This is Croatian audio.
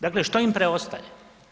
Dakle, što im preostaje?